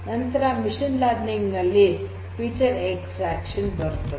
ನಂತರ machine learning ನಲ್ಲಿ feature extraction ಬರುತ್ತದೆ